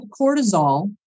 cortisol